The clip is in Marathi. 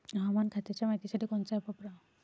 हवामान खात्याच्या मायतीसाठी कोनचं ॲप वापराव?